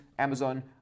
Amazon